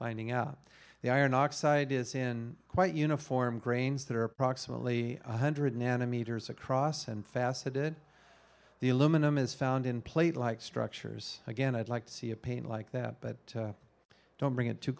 finding out the iron oxide is in quite uniform grains that are approximately one hundred nanometers across and faceted the aluminum is found in plate like structures again i'd like to see a pain like that but don't bring it to